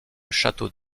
château